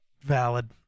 Valid